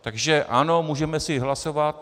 Takže ano, můžeme si hlasovat.